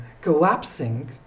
collapsing